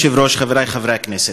אדוני היושב-ראש, חברי חברי הכנסת,